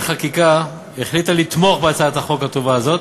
חקיקה החליטה לתמוך בהצעת החוק הטובה הזאת,